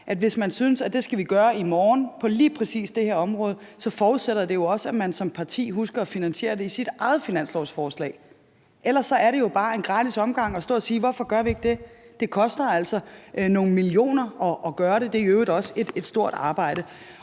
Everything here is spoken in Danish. hvis man synes, at det skal vi gøre i morgen på lige præcis det her område, at man som parti husker at finansiere det i sit eget finanslovsforslag. Ellers er det jo bare en gratis omgang at spørge, hvorfor vi ikke gør det. For det koster altså nogle millioner at gøre det, og det er i øvrigt også et stort arbejde.